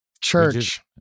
Church